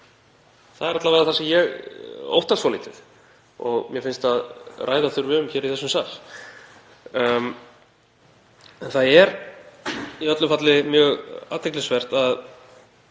Það er alla vega það sem ég óttast svolítið og mér finnst að ræða þurfi um hér í þessum sal. Það er í öllu falli mjög athyglisvert að